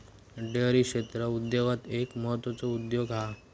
dairy क्षेत्र उद्योगांत एक म्हत्त्वाचो उद्योग हा